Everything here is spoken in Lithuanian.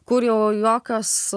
kur jau jokios